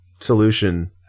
solution